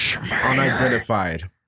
unidentified